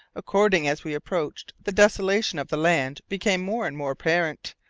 according as we approached, the desolation of the land became more and more apparent,